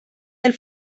del